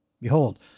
Behold